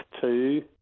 two